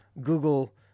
google